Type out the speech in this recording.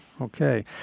okay